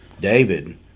David